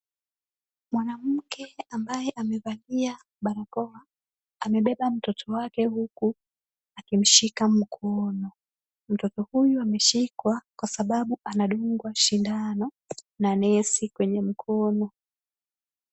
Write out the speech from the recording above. Mwanamke ambaye amevalia, barakoa amebeba mtoto wake huku akimshika mkono. Mtoto huyu ameshikwa kwa sababu anadungwa shindano na nesi kwenye mkono.